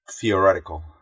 theoretical